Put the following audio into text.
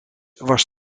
was